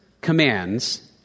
commands